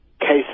cases